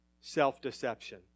Self-deception